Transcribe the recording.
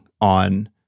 on